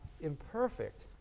imperfect